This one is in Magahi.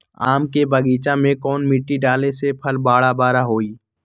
आम के बगीचा में कौन मिट्टी डाले से फल बारा बारा होई?